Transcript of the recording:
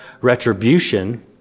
retribution